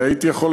הייתי יכול,